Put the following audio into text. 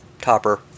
topper